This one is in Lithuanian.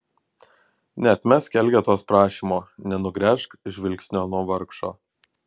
neatmesk elgetos prašymo nenugręžk žvilgsnio nuo vargšo